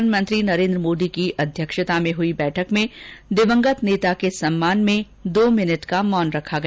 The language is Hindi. प्रधानमंत्री नरेन्द्र मोदी की अध्यक्षता में हुई बैठक में दिवंगत नेता के सम्मान में दो मिनट का मौन रखा गया